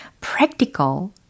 Practical